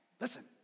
listen